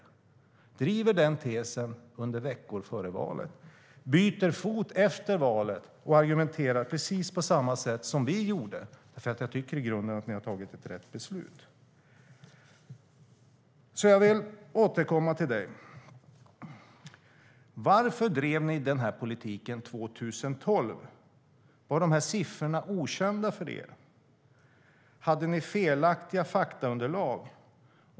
De driver den tesen veckorna före valet, byter fot efter valet och argumenterar på precis samma sätt som vi hade gjort. Jag tycker i grunden att ni fattat rätt beslut. Jag vill återkomma till varför ni drev den politiken 2012. Var siffrorna okända för er? Hade ni felaktiga faktaunderlag?